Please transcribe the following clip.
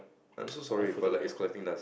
I'm so sorry but like it's collecting dust